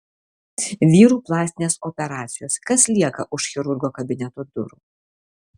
vyrų plastinės operacijos kas lieka už chirurgo kabineto durų